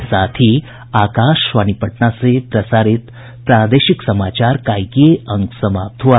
इसके साथ ही आकाशवाणी पटना से प्रसारित प्रादेशिक समाचार का ये अंक समाप्त हुआ